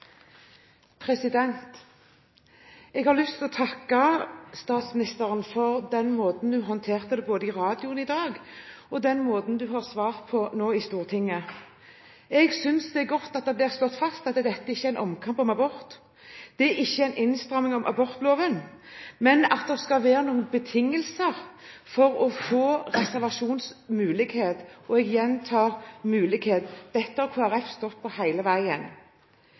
Jeg har lyst til å takke statsministeren for både den måten hun håndterte dette på i radioen i dag og den måten hun har svart på nå i Stortinget. Jeg synes det er godt at det blir slått fast at dette ikke er en omkamp om abort, det er ikke en innstramming av abortloven, men at det skal være noen betingelser for å få reservasjonsmulighet. Dette har Kristelig Folkeparti stått for hele veien. Debatten har tatt helt av på